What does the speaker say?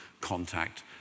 contact